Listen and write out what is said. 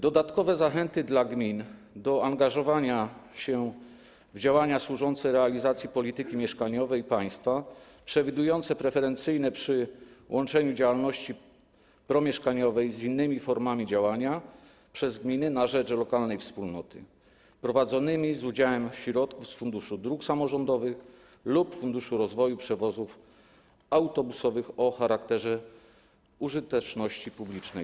Dodatkowe zachęty dla gmin do angażowania się w działania służące realizacji polityki mieszkaniowej państwa przewidują preferencje przy łączeniu działalności promieszkaniowej z innymi formami działania gmin na rzecz lokalnej wspólnoty prowadzonymi z udziałem środków z Funduszu Dróg Samorządowych lub Funduszu Rozwoju Przewozów Autobusowych o charakterze użyteczności publicznej.